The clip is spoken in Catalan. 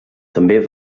també